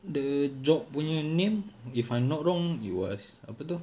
the job punya name if I'm not wrong it was apa tu